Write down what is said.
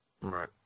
Right